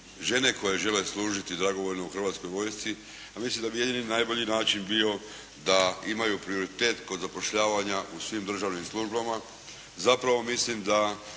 žene koje žele služiti dragovoljno u Hrvatskoj vojsci a mislim da bi jedini i najbolji način bio da imaju prioritet kod zapošljavanja u svim državnim službama. Zapravo mislim da